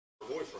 boyfriend